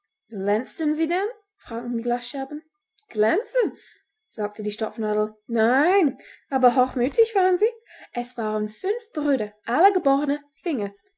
glänzten sie denn fragte der glasscherben glänzen sagte die stopfnadel nein aber hochmütig waren sie es waren fünf brüder alle geborene finger